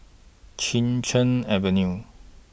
Chin Cheng Avenue